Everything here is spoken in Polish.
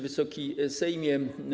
Wysoki Sejmie!